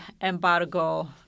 embargo